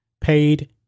paid